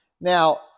Now